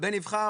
בן נבחר,